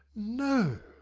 no!